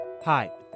Hi